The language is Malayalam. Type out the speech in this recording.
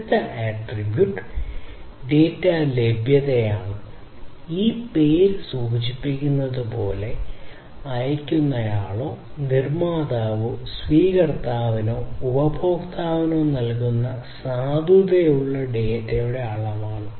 അടുത്ത ആട്രിബ്യൂട്ട് ഡാറ്റ ലഭ്യതയാണ് ഈ പേര് സൂചിപ്പിക്കുന്നത് പോലെ അയയ്ക്കുന്നയാളോ നിർമ്മാതാവോ സ്വീകർത്താവിനോ ഉപഭോക്താവിനോ നൽകുന്ന സാധുതയുള്ള ഡാറ്റയുടെ അളവാണ്